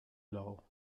lau